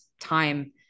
time